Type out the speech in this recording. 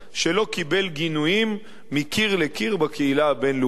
שלא קיבל גינויים מקיר לקיר בקהילה הבין-לאומית.